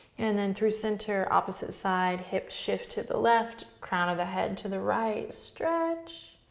and then through center, opposite side. hips shift to the left, crown of the head to the right stretch